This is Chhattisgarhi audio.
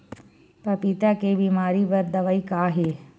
पपीता के बीमारी बर दवाई का हे?